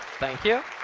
thank you.